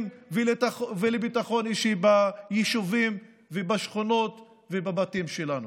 ולביטחון אישי ביישובים ובשכונות ובבתים שלנו?